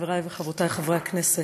חבריי וחברותיי חברי הכנסת,